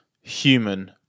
human